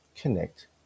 connect